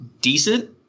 decent